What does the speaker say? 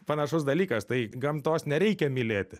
panašus dalykas tai gamtos nereikia mylėti